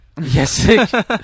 Yes